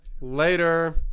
Later